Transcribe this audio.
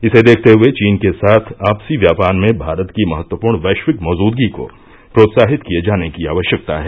इसे देखते हुए चीन के साथ आपसी व्यापार में भारत की महत्वपूर्ण वैश्विक मौजूदगी को प्रोत्साहित किए जाने की आवश्यकता है